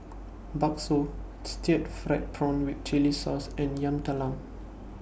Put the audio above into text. Bakso Stir Fried Prawn with Chili Sauce and Yam Talam